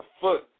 foot